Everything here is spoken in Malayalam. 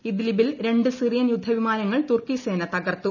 ഇദ്ലിബിൽ രണ്ട് സിറിയൻ യുദ്ധവിമാനങ്ങൾ തുർക്കി സേന തകർത്തു